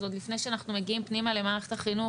אז עוד לפני שאנחנו מגיעים פנימה למערכת החינוך,